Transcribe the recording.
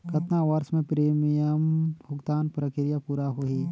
कतना वर्ष मे प्रीमियम भुगतान प्रक्रिया पूरा होही?